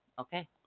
Okay